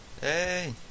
Hey